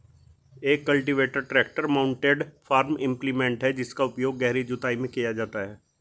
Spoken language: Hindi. एक cultivator tractor mounted farm implement है जिसका उपयोग गहरी जुताई में किया जाता है